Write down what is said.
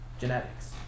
genetics